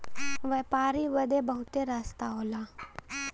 व्यापारी बदे बहुते रस्ता होला